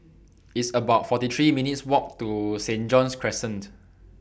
It's about forty three minutes' Walk to Saint John's Crescent